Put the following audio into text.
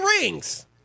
rings